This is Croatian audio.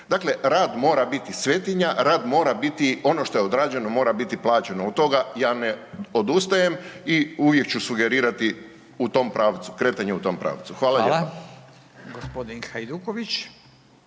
Dakle, rad mora biti svetinja, rad mora biti ono što je odrađeno, mora biti plaćeno, od toga ja ne odustajem i uvijek ću sugerirati u tom pravcu, kretanje u tom pravcu. Hvala lijepa.